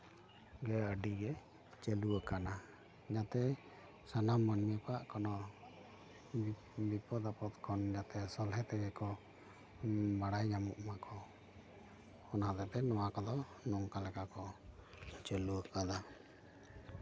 ᱜᱮ ᱟᱹᱰᱤᱜᱮ ᱪᱟᱹᱞᱩ ᱟᱠᱟᱱᱟ ᱡᱟᱛᱮ ᱥᱟᱱᱟᱢ ᱢᱟᱹᱱᱢᱤ ᱠᱚᱣᱟᱜ ᱠᱳᱱᱳ ᱵᱤᱯᱚᱫ ᱟᱯᱚᱫ ᱠᱷᱚᱱ ᱡᱟᱛᱮ ᱥᱚᱦᱞᱮ ᱛᱮᱜᱮ ᱠᱚ ᱵᱟᱲᱟᱭ ᱧᱟᱢᱚᱜ ᱢᱟᱠᱚ ᱚᱱᱟ ᱠᱟᱛᱮᱜ ᱱᱚᱣᱟ ᱠᱚᱫᱚ ᱱᱚᱝᱠᱟ ᱞᱮᱠᱟ ᱠᱚ ᱪᱟᱹᱞᱩ ᱟᱠᱟᱫᱟ